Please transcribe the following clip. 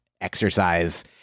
exercise